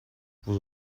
vous